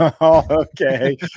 Okay